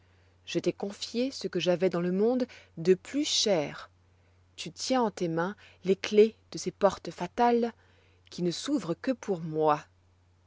je t'ai confié ce que j'avois dans le monde de plus cher tu tiens en tes mains les clefs de ces portes fatales qui ne s'ouvrent que pour moi